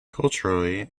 culturally